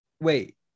wait